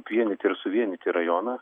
vienyti ir suvienyti rajoną